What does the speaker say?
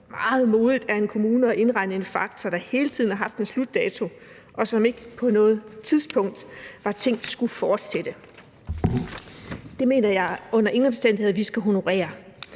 meget modigt af en kommune at indregne en faktor, der hele tiden har haft en slutdato, og som ikke på noget tidspunkt var tænkt til at skulle fortsætte. Det mener jeg under ingen omstændigheder vi skal honorere.